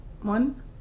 one